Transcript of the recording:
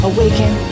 Awaken